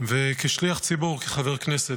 וכשליח ציבור, כחבר כנסת.